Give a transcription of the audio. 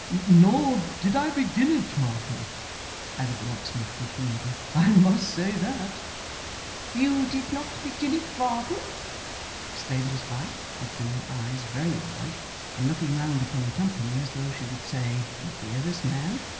nor did i begin it, martha added the locksmith, good-humouredly, i must say that you did not begin it, varden exclaimed his wife, opening her eyes very wide and looking round upon the company, as though she would say, you hear this man!